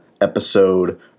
episode